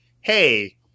hey